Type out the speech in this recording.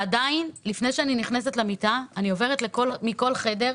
עוברת בין כל החדרים